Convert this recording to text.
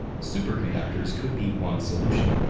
superconductors could be one solution.